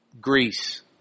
Greece